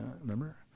remember